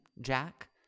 Jack